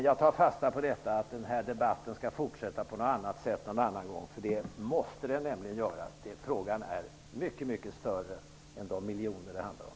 Jag tar fasta på att den här debatten skall fortsätta på något annat sätt någon annan gång -- det måste den nämligen göra. Frågan är mycket större än de miljoner som detta ärende handlar om.